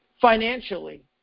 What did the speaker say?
financially